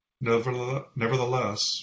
Nevertheless